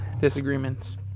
disagreements